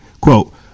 quote